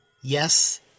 yes